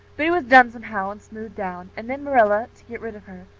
but is was done somehow and smoothed down and then marilla, to get rid of her,